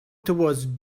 towards